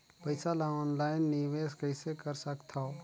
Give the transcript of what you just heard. पईसा ल ऑनलाइन निवेश कइसे कर सकथव?